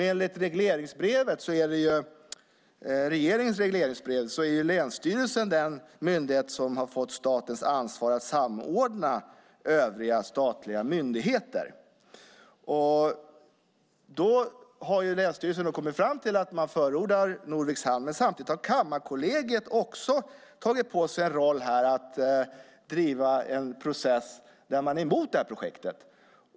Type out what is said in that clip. Enligt regeringens regleringsbrev är länsstyrelsen den myndighet som fått statens ansvar att samordna övriga statliga myndigheter. Länsstyrelsen har då kommit fram till att man förordar Norviks hamn. Samtidigt har Kammarkollegiet tagit på sig rollen att driva en process där man är emot projektet.